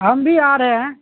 ہم بھی آ رہے ہیں